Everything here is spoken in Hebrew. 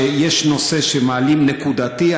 הוא שיש נושא שמעלים נקודתית,